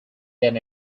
than